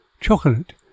chocolate